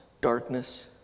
darkness